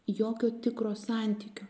jokio tikro santykio